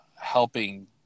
helping